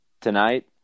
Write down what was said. tonight